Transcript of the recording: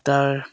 ତା'ର